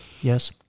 Yes